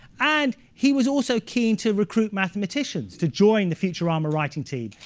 and he was also keen to recruit mathematicians to join the futurama writing team.